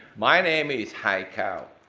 my name is hai cao.